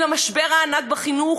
עם המשבר הענק בחינוך,